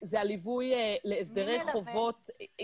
זה הליווי להסדרי חובות,